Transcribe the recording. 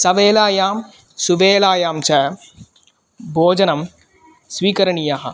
सवेलायां सुवेलायां च भोजनं स्वीकरणीयः